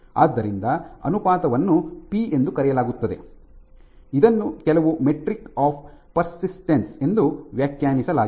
ಆದ್ದರಿಂದ ಅನುಪಾತವನ್ನು ಪಿ ಎಂದು ಕರೆಯಲಾಗುತ್ತದೆ ಇದನ್ನು ಕೆಲವು ಮೆಟ್ರಿಕ್ ಆಫ್ ಪರ್ಸಿಸ್ಟೆನ್ಸ್ ಎಂದು ವ್ಯಾಖ್ಯಾನಿಸಲಾಗಿದೆ